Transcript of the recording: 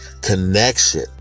connection